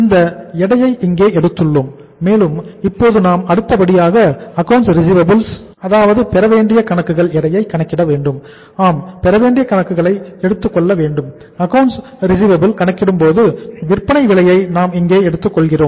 இந்த எடையை இங்கே எடுத்துள்ளோம் மேலும் இப்போது நாம் அடுத்தபடியாக அக்கவுண்ட்ஸ் ரிசிவபிள் கணக்கிடும்போது விற்பனை விலையை நாம் இங்கே எடுத்துக் கொள்கிறோம்